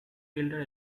tilted